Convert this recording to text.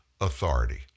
authority